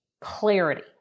clarity